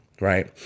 right